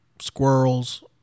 squirrels